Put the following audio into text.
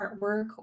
artwork